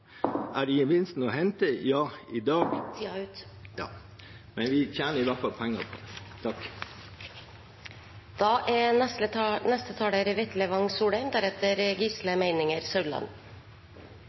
Er det ikke gevinster å hente? Ja, i dag… Tiden er ute. Ja – men vi tjener i hvert fall penger på